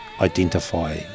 identify